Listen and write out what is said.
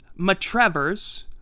matrevers